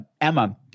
Emma